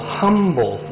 humble